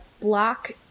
block